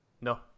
No